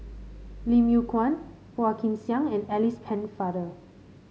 Lim Yew Kuan Phua Kin Siang and Alice Pennefather